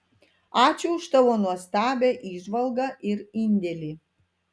ačiū už tavo nuostabią įžvalgą ir indėlį